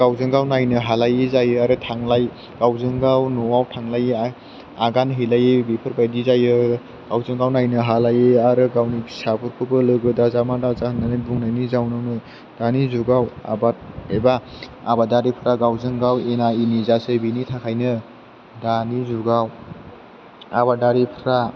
गावजों गाव नायनो हालायि जायो आरो गावजों गाव न'आव थांलायि आगान हैलायि बेफोरबायदि जायो गावजों गाव नायनो हालायि आरो गावनि फिसाफोरखौबो लोगो दाजा मा दाजा होननानै बुंनायनि जाहोनावनो दानि जुगाव आबाद एबा आबादारिफोरा गावजों गाव एना एनि जासै बेनि थाखायनो दानि जुगाव आबादारिफोरा